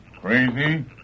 crazy